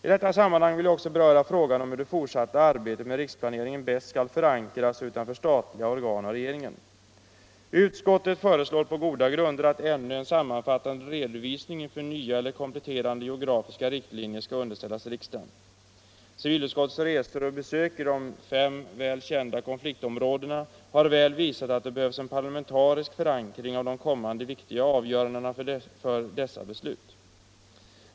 I detta sammanhang vill jag också beröra frågan hur det fortsatta arbetet med riksplaneringen bäst skall förankras utanför statliga organ och regeringen. Utskottet föreslår på goda grunder att ännu en sammanfattande redovisning inför nya eller kompletterande geografiska riktlinjer skall underställas riksdagen. Civilutskottets resor och besök i de fem väl kända konfliktområdena har visat att det behövs en parlamentarisk förankring av de kommande viktiga avgörandena om dessa områden.